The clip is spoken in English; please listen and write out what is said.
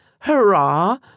Hurrah